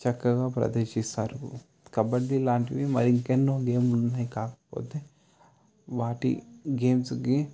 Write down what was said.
చక్కగా ప్రదర్శిస్తారు కబడ్డీ లాంటివి మరి ఇంకా ఎన్నో గేమ్లు ఉన్నాయి కాకపోతే వాటి గేమ్స్కి